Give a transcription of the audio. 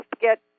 get